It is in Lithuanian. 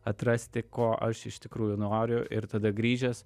atrasti ko aš iš tikrųjų noriu ir tada grįžęs